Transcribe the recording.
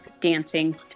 dancing